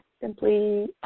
simply